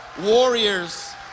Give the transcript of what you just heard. Warriors